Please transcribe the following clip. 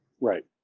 Right